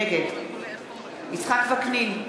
נגד יצחק וקנין,